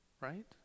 right